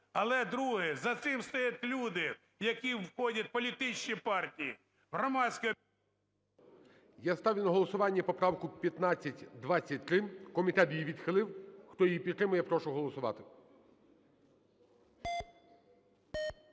Але, друге, за цим стоять люди, які входять в політичні партії, в громадські… ГОЛОВУЮЧИЙ. Я ставлю на голосування поправку 1523. Комітет її відхилив. Хто її підтримує, прошу голосувати.